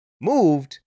moved